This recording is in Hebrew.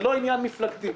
זה לא עניין מפלגתי.